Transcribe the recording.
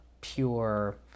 pure